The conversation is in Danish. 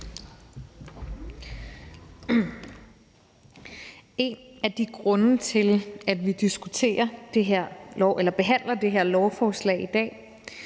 En af de grunde til, at vi behandler det her lovforslag i dag,